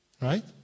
right